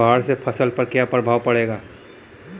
बाढ़ से फसल पर क्या प्रभाव पड़ेला?